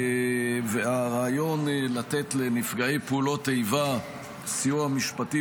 הרעיון לתת לנפגעי פעולות איבה סיוע משפטי